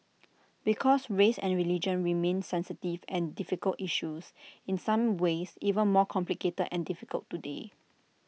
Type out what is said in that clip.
because race and religion remain sensitive and difficult issues in some ways even more complicated and difficult today